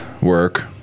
work